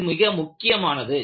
இது மிக முக்கியமானது